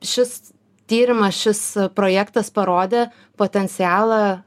šis tyrimas šis projektas parodė potencialą